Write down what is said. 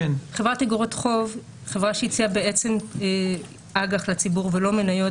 חברת אגרות חוב היא חברה שהציעה אג"ח לציבור ולא מניות,